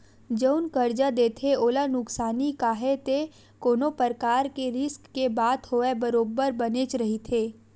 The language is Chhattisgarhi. जउन करजा देथे ओला नुकसानी काहय ते कोनो परकार के रिस्क के बात होवय बरोबर बनेच रहिथे